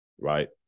Right